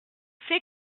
fais